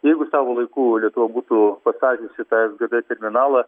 jeigu savo laiku lietuva būtų pastačiusi tą sgd terminalą